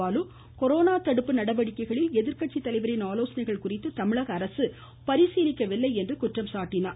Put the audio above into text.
Balu corona தடுப்பு நடவடிக்கைகளில் எதிர்கட்சி தலைவரின் ஆலோசனைகள் குறித்து தமிழக அரசு பரிசீலிக்கவில்லை என குற்றம் சாட்டினார்